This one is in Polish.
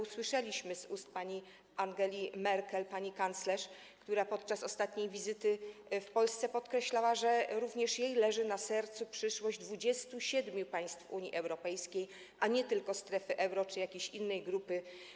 Usłyszeliśmy to z ust pani kanclerz Angeli Merkel, która podczas ostatniej wizyty w Polsce podkreślała, że również jej leży na sercu przyszłość 27 państw Unii Europejskiej, a nie tylko strefy euro czy jakiejś innej grupy.